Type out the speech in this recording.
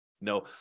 No